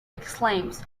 exclaims